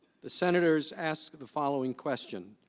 the senators asked the following question.